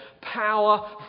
Power